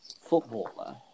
footballer